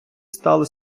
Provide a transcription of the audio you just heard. стали